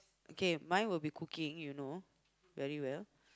okay mine will be cooking you know very well